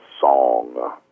song